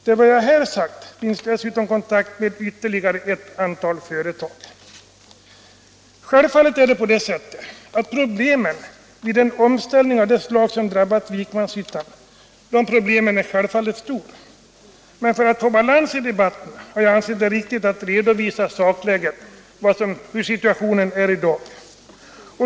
Till detta kan läggas kontakter med ytterligare ett antal företag. Självfallet är det på det sättet att problemen vid en omställning av det slag som drabbat Vikmanshyttan är stora. Men för att få balans i debatten har jag ansett det riktigt att redovisa sakläget, hur situationen är i dag.